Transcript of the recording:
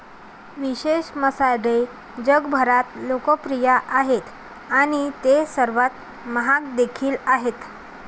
विशेष मसाले जगभरात लोकप्रिय आहेत आणि ते सर्वात महाग देखील आहेत